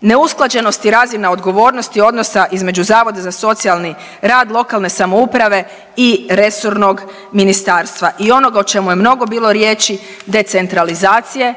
neusklađenosti razina odgovornosti odnosa između Zavoda za socijalni rad, lokalne samouprave i resornog ministarstva. I onoga o čemu je mnogo bilo riječi decentralizacije,